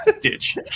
ditch